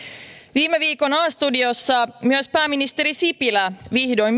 viime viikon a studiossa myös pääministeri sipilä vihdoin